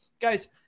guys